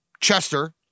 Chester